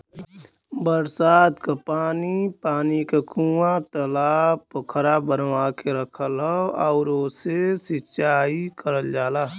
बरसात क पानी क कूंआ, तालाब पोखरा बनवा के रखल हौ आउर ओसे से सिंचाई करल जाला